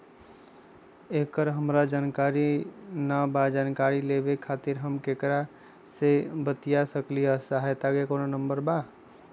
एकर हमरा जानकारी न बा जानकारी लेवे के खातिर हम केकरा से बातिया सकली ह सहायता के कोनो नंबर बा?